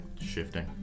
shifting